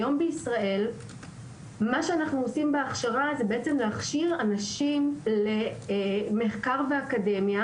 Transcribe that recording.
היום בישראל מה שאנחנו מכשירים אנשים למחקר ואקדמיה,